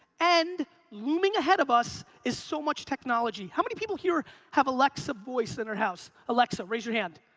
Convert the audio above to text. and looming ahead of us, is so much technology. how many people here have alexa voice in their house? alexa, raise your hand.